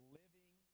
living